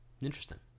Interesting